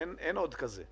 אין עוד כזה במדינה.